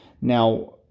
Now